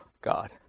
God